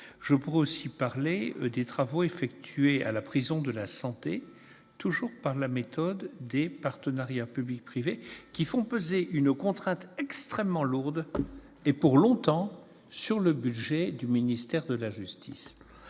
Je pourrais aussi évoquer des travaux effectués à la prison de la Santé, toujours par la méthode des partenariats public-privé, qui font peser une contrainte extrêmement lourde, et pour longtemps, sur le budget du ministère de la justice.